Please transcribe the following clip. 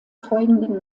folgenden